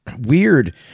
Weird